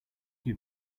you